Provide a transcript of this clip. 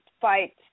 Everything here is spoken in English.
fight